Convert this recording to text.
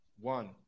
One